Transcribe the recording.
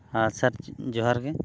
ᱦᱮᱸ ᱥᱮᱨ ᱡᱚᱦᱟᱨ ᱜᱮ